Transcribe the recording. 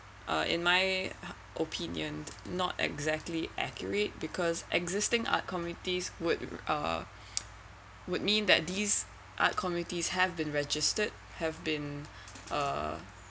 uh in my opinion not exactly accurate because existing art communities would uh would mean that these arts communities have been registered have been uh uh